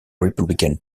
republican